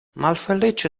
malfeliĉo